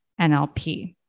NLP